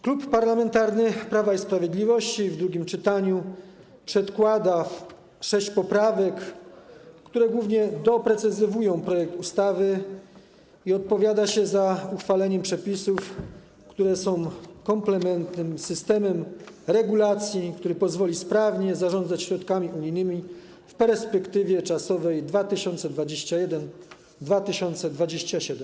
Klub Parlamentarny Prawo i Sprawiedliwość przedkłada w drugim czytaniu sześć poprawek, które głównie doprecyzowują projekt ustawy, i opowiada się za uchwaleniem przepisów stanowiących kompletny systemem regulacji, który pozwoli sprawnie zarządzać środkami unijnymi w perspektywie czasowej 2021-2027.